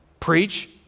Preach